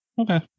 Okay